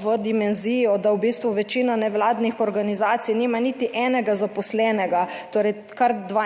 v dimenzijo, da v bistvu večina nevladnih organizacij nima niti enega zaposlenega, torej kar 92